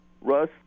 Russ